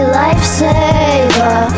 lifesaver